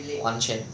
完全